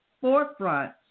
forefront